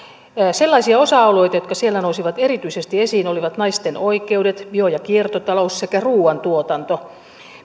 sellaisia osa alueita jotka siellä nousivat erityisesti esiin olivat naisten oikeudet bio ja kiertotalous sekä ruuantuotanto